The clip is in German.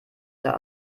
der